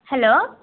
hello